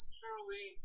truly